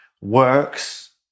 works